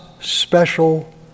special